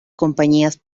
compañías